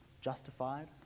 justified